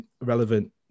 relevant